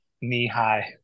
knee-high